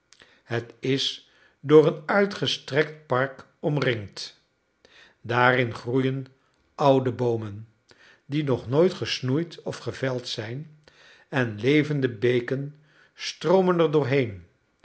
het is door een uitgestrekt park omringd daarin groeien oude boomen die nog nooit gesnoeid of geveld zijn en levende beken stroomen erdoorheen